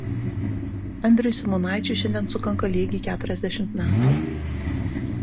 andriui simonaičiui šiandien sukanka lygiai keturiasdešimt metų